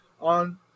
on